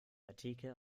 artikel